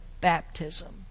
baptism